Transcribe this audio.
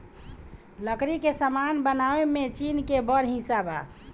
लकड़ी के सामान बनावे में चीन के बड़ हिस्सा बा